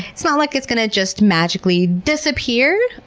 it's not like it's going to just magically disappear,